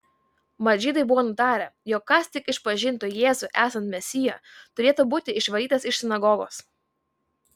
mat žydai buvo nutarę jog kas tik išpažintų jėzų esant mesiją turėtų būti išvarytas iš sinagogos